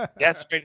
Yes